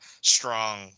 strong